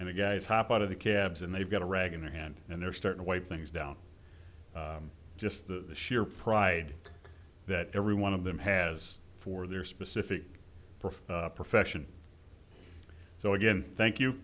and the guys hop out of the cabs and they've got a rag in their hand and they're starting white things down just the sheer pride that every one of them has for their specific perfect perfection so again thank you